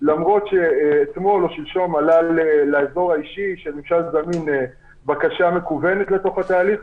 למרות שאתמול או שלשום עלתה אפשרות של בקשה מקוונת לתוך התהליך,